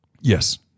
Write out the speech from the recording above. Yes